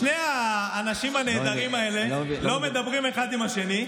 שני האנשים הנהדרים האלה לא מדברים אחד עם השני,